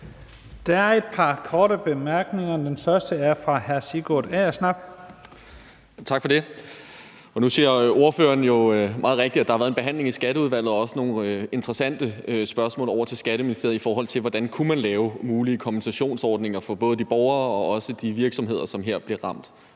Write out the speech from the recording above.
Der er et par korte bemærkninger, og den første er fra hr. Sigurd Agersnap. Kl. 15:55 Sigurd Agersnap (SF): Tak for det. Nu siger ordføreren jo meget rigtigt, at der har været en behandling i Skatteudvalget og også nogle interessante spørgsmål sendt over til Skatteministeriet om, hvordan man kunne lave mulige kompensationsordninger både for de borgere og også for de virksomheder, som her bliver ramt.